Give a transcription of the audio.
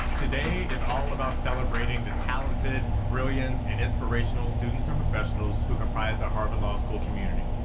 today is all about celebrating the talented, brilliant, and inspirational students and professionals who comprise the harvard law school community.